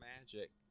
magic